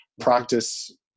practice